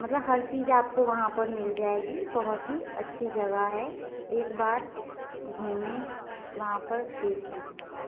मतलब हर चीज आपको वहाँ पर मिल जाएगी बहुत ही अच्छी जगह है एक बार घूमें वहाँ पर देखें